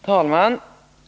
Herr talman!